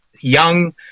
young